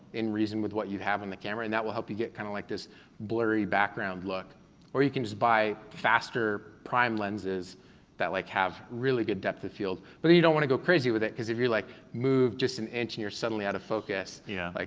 in reason with what you have in the camera, and that'll help you get kind of like this blurry background look or you can just buy faster prime lenses that like have really good depth of field. but you don't wanna go crazy with it, cause if you like move just an inch and you're suddenly out of focus, yeah like